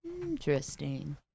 Interesting